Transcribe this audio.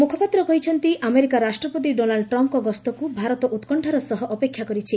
ମୁଖପାତ୍ର କହିଛନ୍ତି ଆମେରିକା ରାଷ୍ଟ୍ରପତି ଡୋନାଲ୍ଡ ଟ୍ରମ୍ପଙ୍କ ଗସ୍ତକୁ ଭାରତ ଉତ୍କଶ୍ଚାର ସହ ଅପେକ୍ଷା କରିଛି